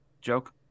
joke